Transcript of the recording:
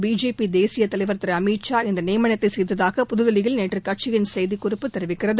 BJP தேசிய தலைவர் திரு அமித் ஷா இந்த நியமனத்தை செய்ததாக புதுதில்லியில் நேற்று கட்சியின் செய்திக்குறிப்பு தெரிவிக்கிறது